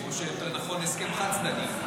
יותר נכון הסכם חד-צדדי,